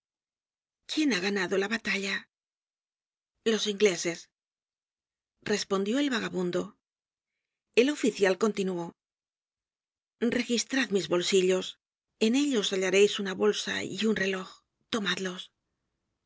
quién ha ganado la batalla los ingleses respondió el vagabundo el oficial continuó registrad mis bolsillos en ellos hallareis una bolsa y un reloj tomadlos